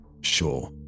Sure